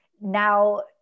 now